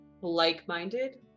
like-minded